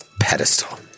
pedestal